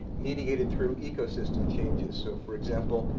mediated through ecosystem changes. so for example,